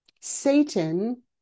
satan